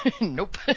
nope